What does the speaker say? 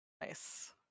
Nice